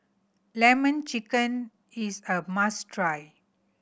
Lemon Chicken is a must try